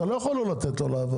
אתה לא יכול לא לתת לו לעבוד.